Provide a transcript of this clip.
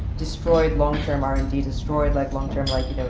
destroyed longterm r and d, destroyed, like, longterm, like, you know,